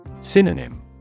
Synonym